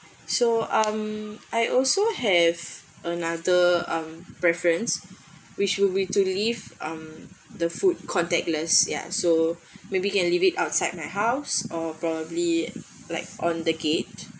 so um I also have another um preference which will be to leave mm the food contactless ya so maybe you can leave it outside my house or probably like on the gate